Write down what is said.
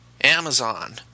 Amazon